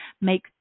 make